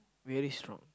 very strong